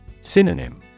Synonym